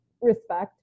respect